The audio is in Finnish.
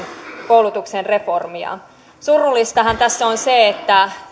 koulutuksen reformia surullistahan tässä on se että